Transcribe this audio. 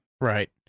Right